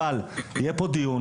אבל יהיה פה דיון,